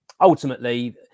ultimately